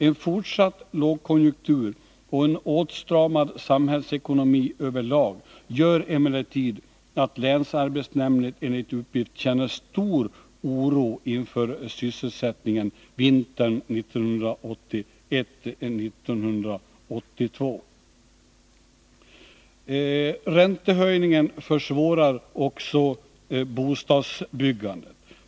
En fortsatt lågkonjunktur och en åtstramad samhällsekonomi över lag gör emellertid att länsarbetsnämnden enligt uppgift känner stor oro inför sysselsättningen vintern 1980-1982. Räntehöjningen försvårar också bostadsbyggandet.